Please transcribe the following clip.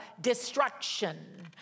destruction